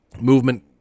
movement